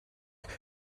else